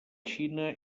xina